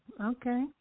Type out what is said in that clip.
Okay